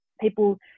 people